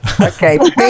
Okay